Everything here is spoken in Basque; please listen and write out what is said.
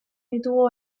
ditugu